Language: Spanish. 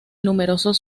numerosos